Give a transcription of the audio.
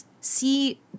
see